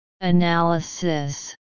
Analysis